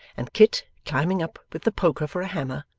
and kit, climbing up with the poker for a hammer,